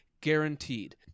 Guaranteed